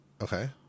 Okay